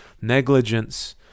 negligence